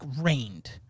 rained